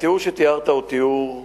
התיאור שתיארת הוא תיאור קשה.